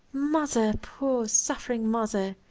mother, poor suffering mother,